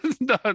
no